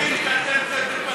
הרי אתם משקרים,